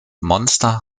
monster